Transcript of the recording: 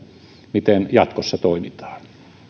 miten jatkossa toimitaan